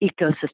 ecosystem